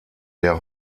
der